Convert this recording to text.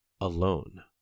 Alone